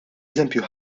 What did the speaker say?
eżempju